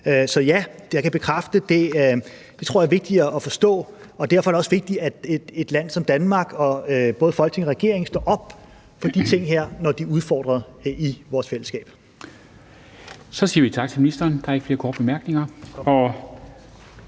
Så ja, jeg kan bekræfte, at jeg tror, det er vigtigt at forstå, og derfor er det også vigtigt, at et land som Danmark og både Folketinget og regeringen står op for de her ting, når de er udfordret i vores fællesskab. Kl. 20:05 Formanden (Henrik Dam Kristensen): Så siger vi tak til ministeren. Der er ikke flere korte bemærkninger.